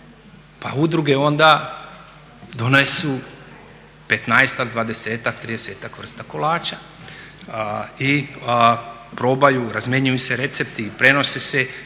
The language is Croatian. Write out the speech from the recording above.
Pa udruge onda donesu 15-ak, 20-ak, 30-ak vrsta kolača i probaju, razmjenjuju se recepti, prenose se